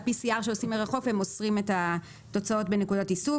ה-PCR שעושים מרחוק ומוסרים את התוצאות בנקודת איסוף.